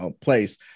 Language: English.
place